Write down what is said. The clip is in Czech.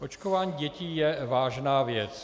Očkování dětí je vážná věc.